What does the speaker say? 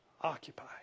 Occupy